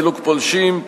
סילוק פולשים,